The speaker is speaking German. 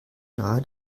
nahe